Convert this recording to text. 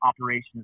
Operations